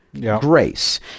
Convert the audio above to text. grace